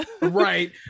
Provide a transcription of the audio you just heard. Right